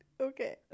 Okay